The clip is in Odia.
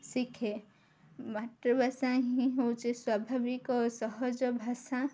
ଶିଖେ ମାତୃଭାଷା ହିଁ ହେଉଛି ସ୍ୱାଭାବିକ ସହଜ ଭାଷା